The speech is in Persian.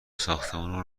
ساختمونا